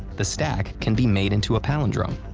the stack can be made into a palindrome.